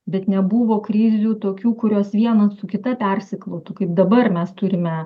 bet nebuvo krizių tokių kurios viena su kita persiklotų kaip dabar mes turime